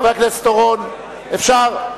חבר הכנסת אורון, אפשר?